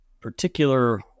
particular